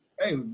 Hey